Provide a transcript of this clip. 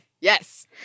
Yes